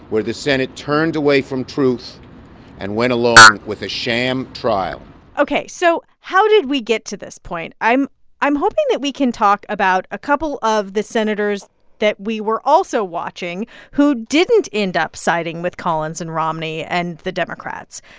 the senate turned away from truth and went along with a sham trial ok. so how did we get to this point? i'm i'm hoping that we can talk about a couple of the senators that we were also watching who didn't end up siding with collins and romney and the democrats.